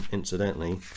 incidentally